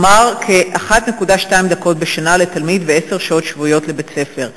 כלומר כ-1.2 דקות בשנה לתלמיד ועשר שעות שבועיות לבית-ספר.